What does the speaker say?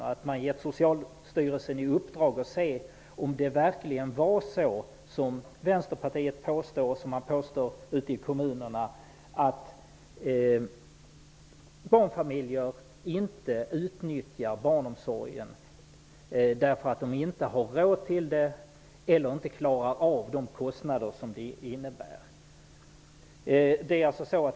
Regeringen har gett Socialstyrelsen i uppdrag att se om det verkligen är som Vänsterpartiet påstår, och som det också påstås ute i kommunerna, att barnfamiljer inte utnyttjar barnomsorgen därför att de inte har råd till det eller inte klarar av de kostnader som det innebär.